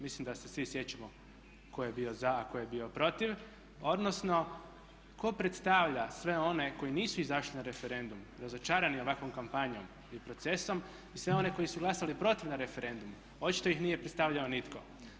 Mislim da se svi sjećamo tko je bio za a tko je bio protiv, odnosno tko predstavlja sve one koji nisu izašli na referendum razočarani ovakvom kampanjom i procesom i sve one koji su glasali protiv na referendumu očito ih nije predstavljao nitko.